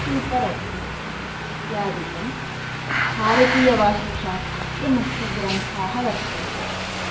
शिल्परत्नम् इत्यादिकं भारतीयवास्तुशास्त्रस्य मुख्यग्रन्थाः वर्तन्ते